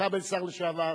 כבל שר לשעבר,